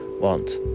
want